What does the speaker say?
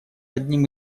одним